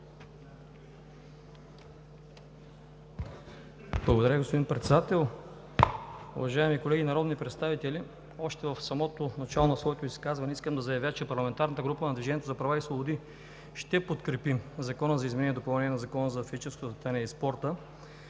Благодаря, господин Председател. Уважаеми колеги народни представители! Още в самото начало на своето изказване искам да заявя, че от парламентарната група на „Движението за права и свободи“ ще подкрепим Закона за изменение и допълнение на Закона за физическото възпитание и спорта,